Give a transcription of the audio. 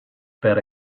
per